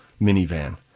minivan